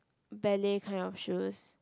ballet kind of shoes